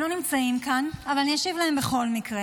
הם לא נמצאים כאן, אבל אני אשיב להם בכל מקרה.